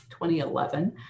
2011